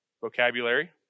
Vocabulary